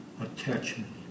attachment